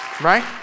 Right